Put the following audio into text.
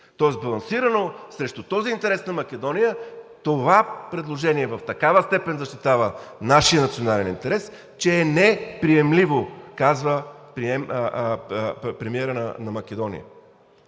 Тоест балансирано срещу този интерес на Македония, това предложение в такава степен защитава нашия национален интерес, че е неприемливо, казва премиерът на Македония.